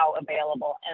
available